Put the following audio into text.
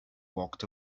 walked